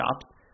stops